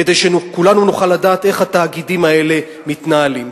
כדי שכולנו נוכל לדעת איך התאגידים האלה מתנהלים.